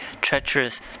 treacherous